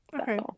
Okay